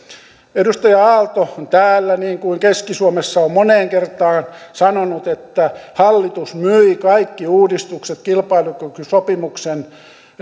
edustaja aalto on niin täällä kuin keski suomessa moneen kertaan sanonut että hallitus myi kaikki uudistukset kilpailukykysopimuksen